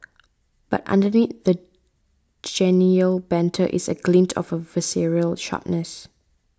but underneath the genial banter is a glint of a visceral sharpness